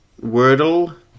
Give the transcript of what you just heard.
Wordle